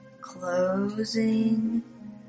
Closing